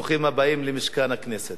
ברוכים הבאים למשכן הכנסת.